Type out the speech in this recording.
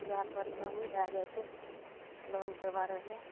पूरा परेशानी भए जाइ छै लोनके बारेमे